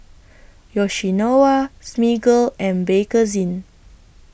Yoshinoya Smiggle and Bakerzin